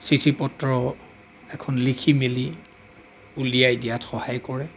চিঠি পত্ৰ এখন লিখি মেলি উলিয়াই দিয়াত সহায় কৰে